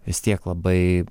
vis tiek labai